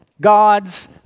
God's